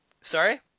Sorry